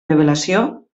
revelació